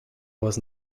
was